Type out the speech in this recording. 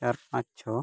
ᱪᱟᱨ ᱯᱟᱸᱪ ᱪᱷᱚᱭ